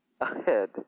ahead